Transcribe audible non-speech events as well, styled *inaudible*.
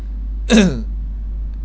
*coughs*